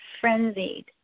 frenzied